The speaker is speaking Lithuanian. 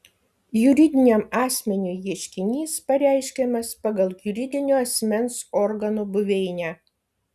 juridiniam asmeniui ieškinys pareiškiamas pagal juridinio asmens organo buveinę